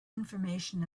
information